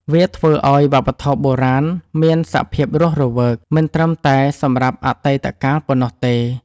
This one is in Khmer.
វាធ្វើឲ្យវប្បធម៌បុរាណមានសភាពរស់រវើក មិនត្រឹមតែសម្រាប់អតីតកាលប៉ុណ្ណោះទេ